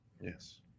Yes